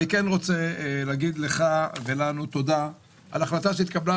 אני רוצה להגיד לך ולנו תודה על החלטה שהתקבלה,